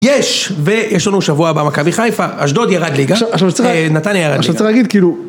יש, ויש לנו שבוע הבא מכבי חיפה, אשדוד ירד ליגה, עכשיו עכשיו צריך א... נתניה ירד ליגה. עכשיו צריך להגיד כאילו